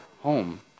home